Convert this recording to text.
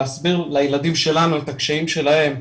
להסביר לילדים שלנו את הקשיים שלהם.